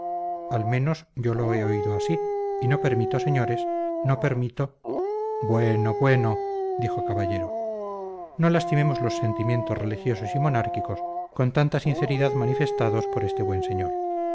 al menos yo lo he oído así y no permito señores no permito bueno bueno dijo caballero no lastimemos los sentimientos religiosos y monárquicos con tanta sinceridad manifestados por este buen señor